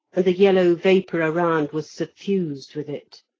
and the yellow vapour around was suffused with it.